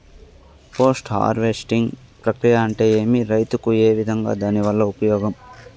Post harvesting ప్రక్రియ అంటే ఏమి? రైతుకు ఏ విధంగా దాని వల్ల ఉపయోగం?